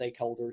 stakeholders